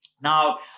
Now